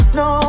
no